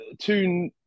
two